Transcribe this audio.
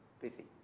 busy